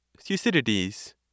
Thucydides